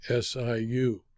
SIU